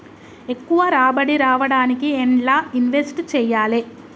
ఎక్కువ రాబడి రావడానికి ఎండ్ల ఇన్వెస్ట్ చేయాలే?